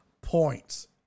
points